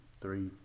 three